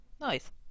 Nice